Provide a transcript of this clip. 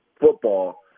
football